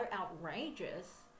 outrageous